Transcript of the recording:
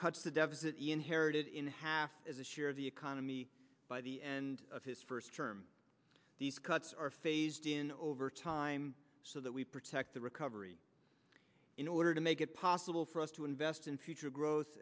cuts the deficit he inherited in half as a share of the economy by the end of his first term these cuts are phased in over time so that we protect the recovery in order to make it possible for us to invest in future growth